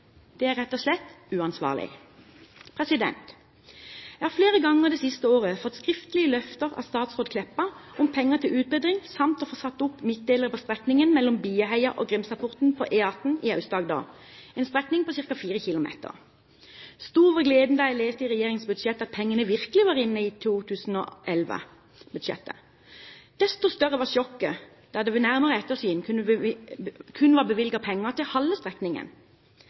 Det er rett og slett uansvarlig. Jeg har flere ganger det siste året fått skriftlige løfter av statsråd Meltveit Kleppa om penger til utbedring samt å få satt opp midtdelere på strekningen mellom Bieheia og Grimstadporten på E18 i Aust-Agder, en strekning på ca. 4 km. Stor var gleden da jeg leste i regjeringens budsjett at pengene virkelig var inne i 2011-budsjettet. Desto større var sjokket da det ved nærmere ettersyn kun var bevilget penger til